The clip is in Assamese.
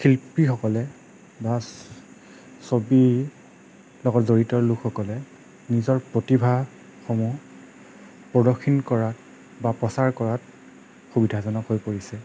শিল্পীসকলে বা ছবিৰ লগত জড়িত লোকসকলে নিজৰ প্ৰতিভাসমূহ প্ৰদৰ্শন কৰাত বা প্ৰচাৰ কৰাত সুবিধাজনক হৈ পৰিছে